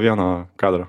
vieno kadro